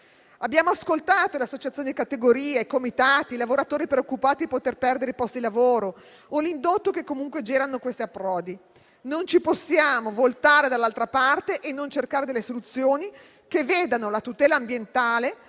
Abbiamo ascoltato le associazioni di categoria, i comitati e i lavoratori preoccupati di perdere posti di lavoro, con l'indotto che comunque generano questi approdi. Non ci possiamo voltare dall'altra parte e non cercare soluzioni che vedano la tutela ambientale,